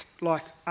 life